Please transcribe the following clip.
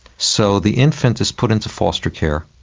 so the infant is put into foster care,